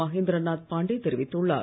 மஹேந்திரநாத் பாண்டே தெரிவித்துள்ளார்